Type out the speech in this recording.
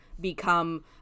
become